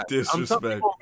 Disrespect